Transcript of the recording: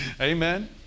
Amen